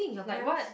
like what